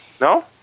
No